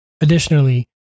Additionally